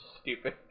stupid